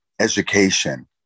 education